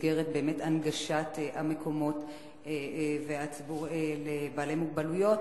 במסגרת הנגשת המקומות לבעלי מוגבלויות,